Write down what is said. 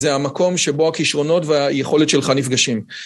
זה המקום שבו הכישרונות והיכולת שלך נפגשים.